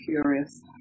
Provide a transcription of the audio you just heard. curious